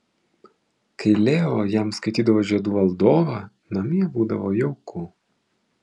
kai leo jam skaitydavo žiedų valdovą namie būdavo jauku